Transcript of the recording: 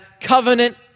covenant